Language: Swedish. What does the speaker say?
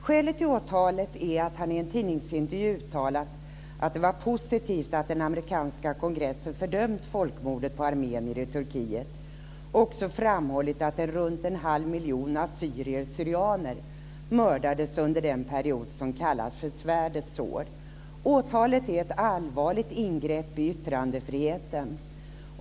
Skälet till åtalet är att han i en tidningsintervju uttalat att det var positivt att den amerikanska kongressen fördömt folkmordet på armenier i Turkiet och också framhållit att runt en halv miljon assyrier/syrianer mördades under den period som kallas för svärdets år. Åtalet är ett allvarligt ingrepp i yttrandefriheten.